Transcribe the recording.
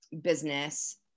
business